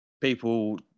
people